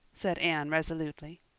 said anne resolutely.